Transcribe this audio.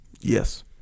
Yes